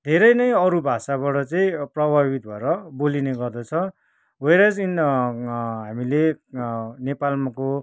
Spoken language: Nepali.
धेरै नै अरू भाषाबाट चाहिँ प्रभावित भएर बोलिने गर्दछ वेरएज इन हामिले नेपालको